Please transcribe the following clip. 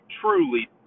truly